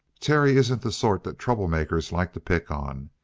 terry isn't the sort that troublemakers like to pick on.